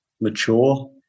mature